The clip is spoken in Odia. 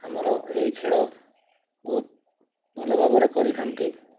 ଆମର ଏହି ଖେଳ ବହୁତ ଭଲ ଭାବରେ କରିଥାନ୍ତି